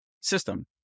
system